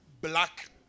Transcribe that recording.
Black